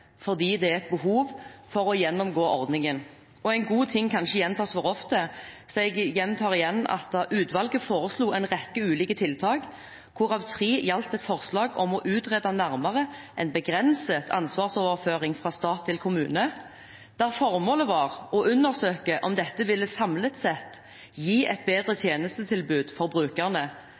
fordi det er behov for å gjennomgå ordningen. En god ting kan ikke gjentas for ofte, så jeg gjentar igjen at utvalget foreslo en rekke ulike tiltak, hvorav nr. 3 gjaldt et forslag om å utrede nærmere en begrenset ansvarsoverføring fra stat til kommune, der formålet var å undersøke om dette samlet sett ville gi et bedre tjenestetilbud til brukerne,